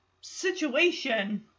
situation